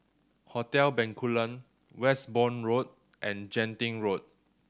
Hotel Bencoolen Westbourne Road and Genting Road